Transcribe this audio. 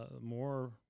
more